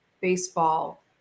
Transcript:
baseball